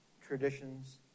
traditions